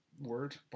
word